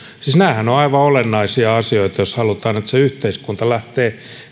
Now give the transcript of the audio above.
siis nämähän ovat aivan olennaisia asioita jos halutaan että se yhteiskunta lähtee